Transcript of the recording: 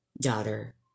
daughter